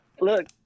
Look